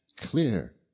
clear